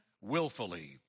willfully